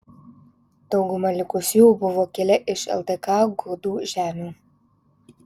dauguma likusiųjų buvo kilę iš ldk gudų žemių